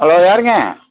hello யாருங்க